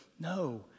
No